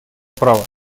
права